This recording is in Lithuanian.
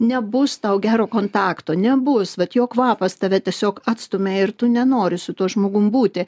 nebus tau gero kontakto nebus bet jo kvapas tave tiesiog atstumia ir tu nenori su tuo žmogum būti